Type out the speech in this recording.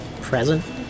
present